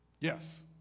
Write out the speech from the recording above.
yes